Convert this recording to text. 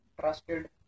trusted